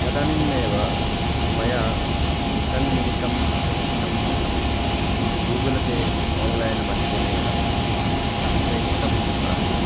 तदानीमेव मया तन्निमित्तम् अपेक्षितं धनं गुगल् पे आन्लैन् माध्यमेन सम्प्रेषितम् आसीत्